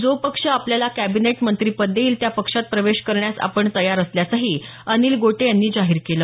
जो पक्ष आपल्याला कॅबिनेट मंत्रिपद देईल त्या पक्षात प्रवेश करण्यास आपण तयार असल्याचंही अनिल गोटे यांनी जाहीर केलं